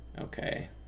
Okay